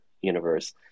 universe